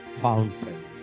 fountain